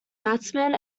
batsman